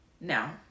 now